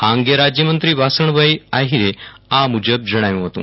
આ અંગે રાજ્યમંત્રી વાસણભાઈ આહીરે આ મુજબ જણાવ્યું હતું